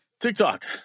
tiktok